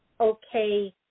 okay